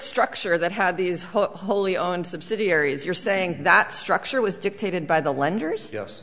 structure that had these wholly owned subsidiaries you're saying that structure was dictated by the lenders yes